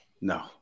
No